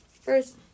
first